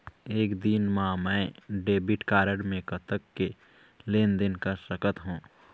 एक दिन मा मैं डेबिट कारड मे कतक के लेन देन कर सकत हो?